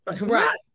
Right